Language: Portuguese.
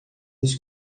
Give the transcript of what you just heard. dos